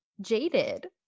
jaded